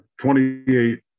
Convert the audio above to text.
28